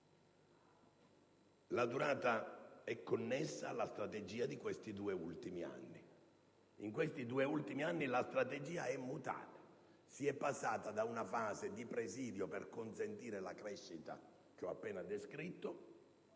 essa è connessa alla strategia di questi due ultimi anni. In questi due ultimi anni la strategia è mutata: si è passati da una fase di presidio, per consentire la crescita che ho appena descritto,